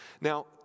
Now